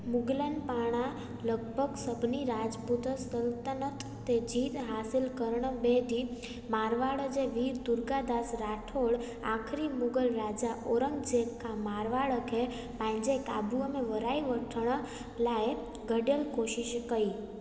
मुग़लनि पारां लॻभॻि सभनी राॼपूत सल्ल्तनत ते जीत हासिलु करणु बैदि मारवाड़ जे वीर दुर्गादास राठौड़ आख़िरी मुग़ल राजा औरंगजेब खां मारवाड़ खे पंहिंजे काबूअ में वराइ वठणु लाइ गॾयलु कोशिश कई